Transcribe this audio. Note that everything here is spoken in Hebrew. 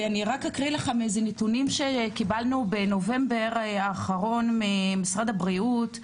ואני רק אקריא לך מהנתונים שקיבלנו בנובמבר האחרון ממשרד הבריאות,